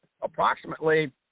approximately